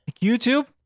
YouTube